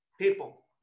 People